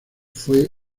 fue